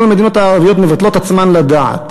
כל המדינות הערביות מבטלות עצמן לדעת.